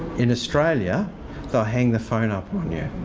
in australia they'll hang the phone up on you,